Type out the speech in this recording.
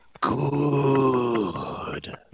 Good